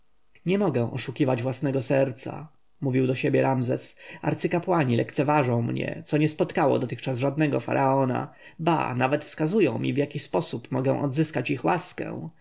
nie mogę oszukiwać własnego serca mówił do siebie ramzes arcykapłani lekceważą mnie co nie spotkało dotychczas żadnego faraona ba nawet wskazują mi w jaki sposób mogę odzyskać ich łaskę